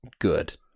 good